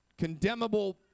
condemnable